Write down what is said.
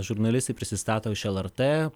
žurnalistai prisistato iš lrt